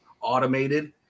automated